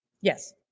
Yes